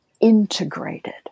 integrated